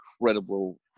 incredible